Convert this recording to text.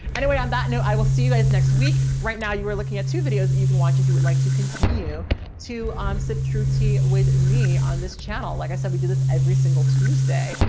anyway, on that note, i will see you guys next week. right now you were looking at two videos that you can watch. if you would like to continue to om sip true t with me on this channel. like i said, we do this every single tuesday,